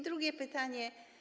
Drugie pytanie.